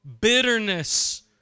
Bitterness